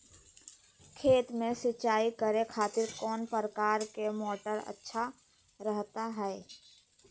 खेत में सिंचाई करे खातिर कौन प्रकार के मोटर अच्छा रहता हय?